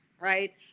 right